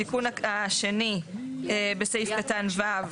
התיקון השני בסעיף קטן (ה)